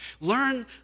Learn